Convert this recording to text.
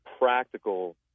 practical